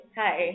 hi